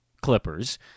Clippers